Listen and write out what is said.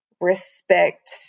respect